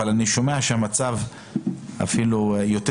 אבל אני שומע שהמצב אפילו יותר